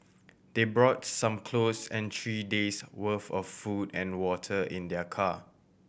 they brought some clothes and three days' worth of food and water in their car